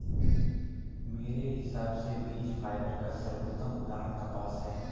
मेरे हिसाब से बीज फाइबर का सर्वोत्तम उदाहरण कपास है